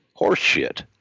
Horseshit